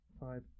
five